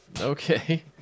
Okay